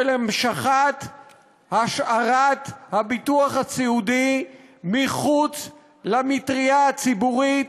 של המשכת-השארת הביטוח הסיעודי מחוץ למטרייה הציבורית,